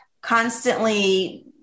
constantly